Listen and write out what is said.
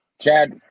Chad